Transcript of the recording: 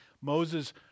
Moses